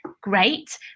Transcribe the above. great